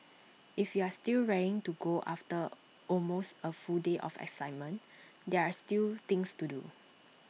if you are still raring to go after almost A full day of excitement there are still things to do